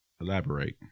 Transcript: Elaborate